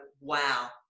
wow